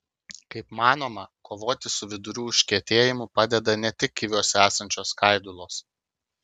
kaip manoma kovoti su vidurių užkietėjimu padeda ne tik kiviuose esančios skaidulos